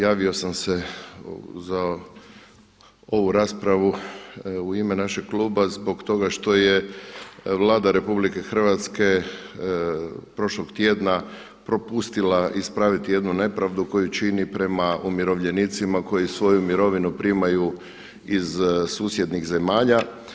Javio sam se za ovu raspravu u ime našeg kluba zbog toga što je Vlada RH prošlog tjedna propustila ispraviti jednu nepravdu koju čini prema umirovljenicima koji svoju mirovinu primaju iz susjednih zemalja.